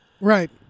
right